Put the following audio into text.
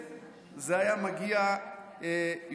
זה היה מגיע יותר רחוק.